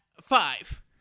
Five